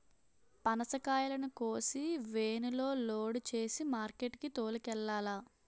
పనసకాయలను కోసి వేనులో లోడు సేసి మార్కెట్ కి తోలుకెల్లాల